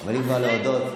ואם כבר להודות,